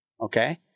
okay